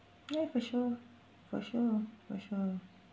ya for sure for sure for sure